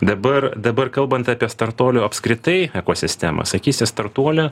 dabar dabar kalbant apie startuolių apskritai ekosistemas sakysi startuolio